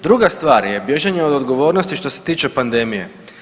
Druga stvar je bježanje od odgovornosti što se tiče pandemije.